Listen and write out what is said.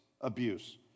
abuse